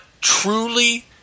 truly